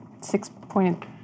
six-pointed